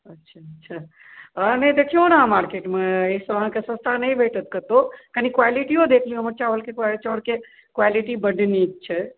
अच्छा अच्छा अहाँ नहि देखियौ ने मार्केटमे एहिसँ सस्ता नहि भेटत कतहुँ कनी क़्वालिटीयो देखियौ हमर चावल चाउरके क़्वालिटी बड नीक छै